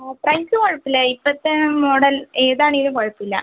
price കുഴപ്പമില്ല ഇപ്പോഴത്തെ model ഏതാണെങ്കിലും കുഴപ്പമില്ല